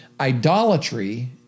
idolatry